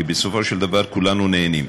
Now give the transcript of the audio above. כי בסופו של דבר כולנו נהנים.